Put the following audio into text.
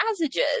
passages